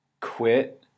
Quit